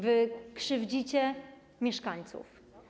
Wy krzywdzicie mieszkańców.